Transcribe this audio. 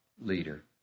leader